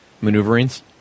maneuverings